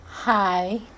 Hi